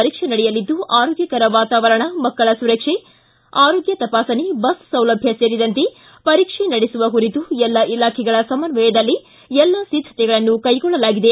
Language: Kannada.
ಪರೀಕ್ಷೆ ನಡೆಯಲಿದ್ದು ಆರೋಗ್ಕಕರ ವಾತಾವರಣ ಮಕ್ಕಳ ಸುರಕ್ಷೆ ಆರೋಗ್ಕ ತಪಾಸಣೆ ಬಸ್ ಸೌಲಭ್ಯ ಸೇರಿದಂತೆ ಪರೀಕ್ಷೆ ನಡೆಸುವ ಕುರಿತು ಎಲ್ಲ ಇಲಾಖೆಗಳ ಸಮನ್ವಯದಲ್ಲಿ ಎಲ್ಲ ಸಿದ್ದತೆಗಳನ್ನು ಕೈಗೊಳ್ಳಲಾಗಿದೆ